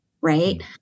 right